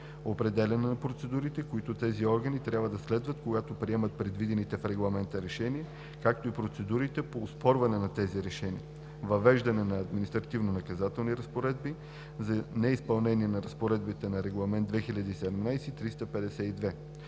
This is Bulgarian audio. определяне на процедурите, които тези органи трябва да следват, когато приемат предвидените в регламента решения, както и процедурите по оспорване на тези решения; въвеждане на административнонаказателни разпоредби за неизпълнение на разпоредби на Регламент (ЕС) 2017/352.